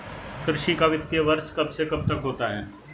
कृषि का वित्तीय वर्ष कब से कब तक होता है?